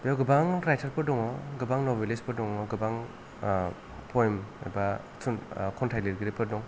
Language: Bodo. बेयाव गोबां रायथारफोर दङ गोबां नबेलिस्ठफोर दङ गोबां पयम एबा थुन खन्थाइ लिरगिरिफोर दं